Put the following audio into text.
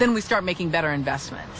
then we start making better investments